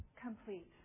complete